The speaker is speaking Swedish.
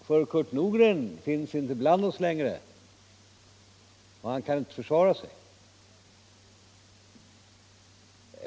För Kurt Nordgren finns inte bland oss längre och kan inte försvara sig.